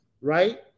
right